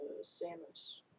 Samus